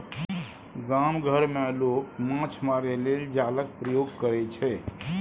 गाम घर मे लोक माछ मारय लेल जालक प्रयोग करय छै